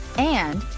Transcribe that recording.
and.